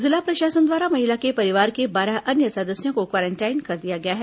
जिला प्रशासन द्वारा महिला के परिवार के बारह अन्य सदस्यों को क्वारेंटाइन कर दिया गया है